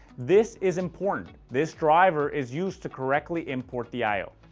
this is important, this driver is used to correctly import the i o.